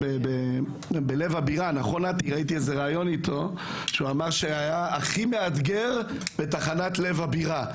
הוא אמר שהיה הכי מאתגר בתחנת לב הבירה.